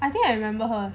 I think I remember her